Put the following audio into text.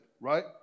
right